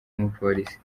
umupolisi